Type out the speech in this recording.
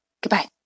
Goodbye